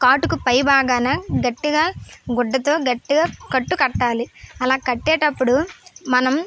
కాటుకు పైభాగాన గట్టిగా గుడ్డతో గట్టిగా కట్టు కట్టాలి అలా కట్టేటప్పుడు మనం